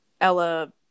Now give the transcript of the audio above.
ella